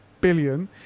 billion